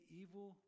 evil